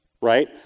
right